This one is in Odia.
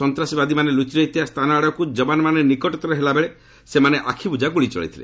ସନ୍ତାସବାଦୀମାନେ ଲୁଚି ରହିଥିବା ସ୍ଥାନ ଆଡ଼କୁ ଯବାନମାନେ ନିକଟତର ହେଲା ବେଳେ ସେମାନେ ଆଖିବୁଜା ଗୁଳି ଚଳାଇଥିଲେ